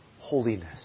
holiness